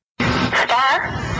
Star